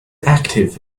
active